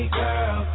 girl